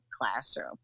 classroom